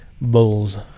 Bulls